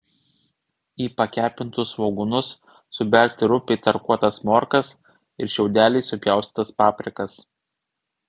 į pakepintus svogūnus suberti rupiai tarkuotas morkas ir šiaudeliais supjaustytas paprikas